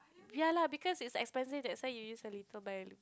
yea lah because it' expensive that's why you use a little by